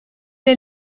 est